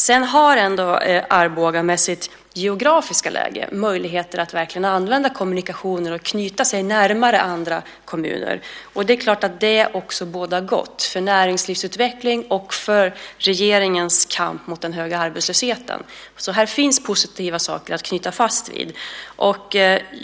Arboga har ändå med sitt geografiska läge möjligheter att verkligen använda kommunikationer och knyta sig närmare andra kommuner. Det är klart att det bådar gott, för näringslivsutveckling och för regeringens kamp mot den höga arbetslösheten. Här finns positiva saker att knyta an till.